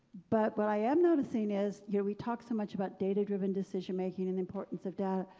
but what i am noticing is, you know, we talk so much about data-driven decision making and importance of that,